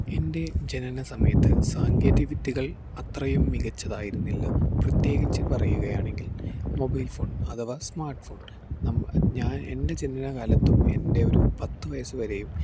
എൻ്റെ ജനനസമയത്ത് സാങ്കേതിക വിദ്യകൾ അത്രയും മികച്ചതായിരുന്നില്ല പ്രത്യേകിച്ച് പറയുകയാണെങ്കിൽ മൊബൈൽഫോൺ അഥവാ സ്മാർട്ഫോണ് ഞാൻ എന്റെ ജനനകാലത്തും എൻ്റെ ഒരു പത്തുവയസ് വരേയും